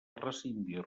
rescindir